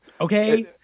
okay